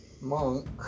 Monk